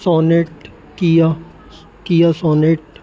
sonnet Kia Kia sonnet